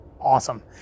awesome